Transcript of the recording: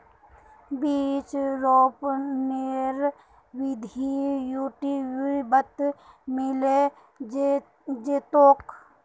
बीज रोपनेर विधि यूट्यूबत मिले जैतोक